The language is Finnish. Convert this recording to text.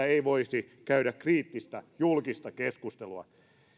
ei voisi käydä kriittistä julkista keskustelua